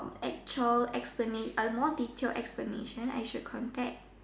actual explain a more detailed explanation I should contact